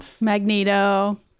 Magneto